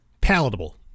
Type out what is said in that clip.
palatable